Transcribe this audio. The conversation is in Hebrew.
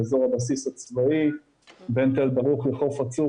באזור הבסיס הצבאי בין תל ברוך לחוף הצוק,